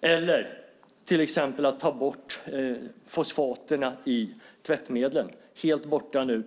Det handlar till exempel om att ta bort fosfaterna ur tvättmedlen. De är helt borta nu,